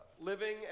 living